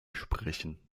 sprechen